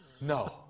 no